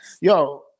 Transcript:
yo